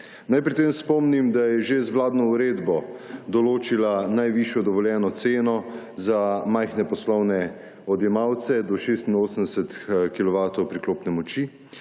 Naj pri tem spomnim, da je že z vladno uredbo določila najvišjo dovoljeno ceno za majhne poslovne odjemalce do 86 kilovatov priklopne moči,